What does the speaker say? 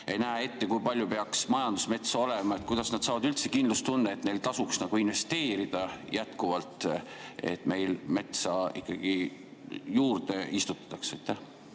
ei näe ette, kui palju peaks majandusmetsa olema? Kuidas nad saavad üldse kindlustunde, et neil tasuks investeerida jätkuvalt, et meil metsa ikkagi juurde istutatakse?